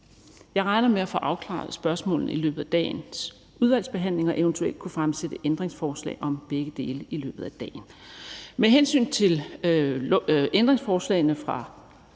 Jeg regner med at få afklaret spørgsmålene i løbet af dagens udvalgsbehandling og eventuelt kunne fremsætte ændringsforslag om begge dele i løbet af dagen. Med hensyn til ændringsforslagene fra